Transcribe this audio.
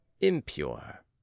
impure